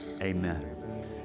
Amen